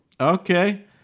Okay